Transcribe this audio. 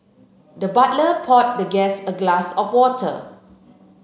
the butler poured the guest a glass of water